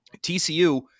TCU